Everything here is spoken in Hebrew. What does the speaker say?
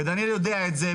ודניאל יודע את זה,